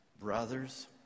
brothers